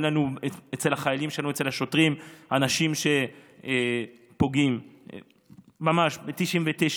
אין אצל החיילים והשוטרים שלנו אנשים שפוגעים בטוהר הנשק,